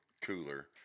cooler